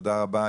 תודה רבה.